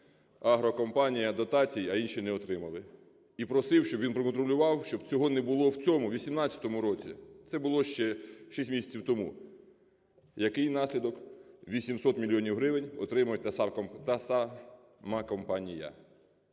агрокомпанія дотацій, а інші не отримали. І просив, щоб він проконтролював, щоб цього не було в цьому, 18-му році. Це було ще шість місяців тому. Який наслідок? 800 мільйонів гривень отримує та сама компанія,